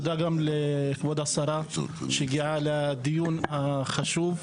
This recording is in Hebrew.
תודה גם לכבוד השרה, שהגיעה לדיון החשוב הזה.